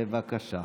בבקשה.